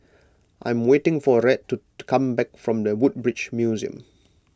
I am waiting for Rhett to to come back from the Woodbridge Museum